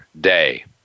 day